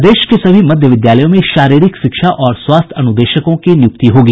प्रदेश के सभी मध्य विद्यालयों में शारीरिक शिक्षा और स्वास्थ्य अनुदेशकों की नियुक्ति होगी